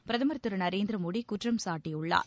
பிரதமர் திரு நரேந்திர மோடி குற்றம் சாட்டியுள்ளார்